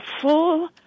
full